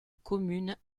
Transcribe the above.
communes